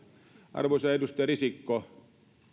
arvoisa edustaja risikko